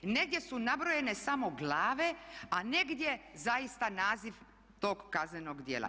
I negdje su nabrojene samo Glave a negdje zaista naziv tog kaznenog djela.